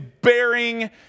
bearing